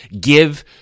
give